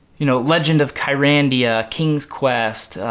you know legend of kyrandia, kings quest,